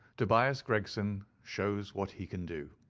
tobias gregson shows what he can do.